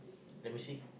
let me see